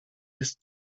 jest